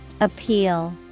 Appeal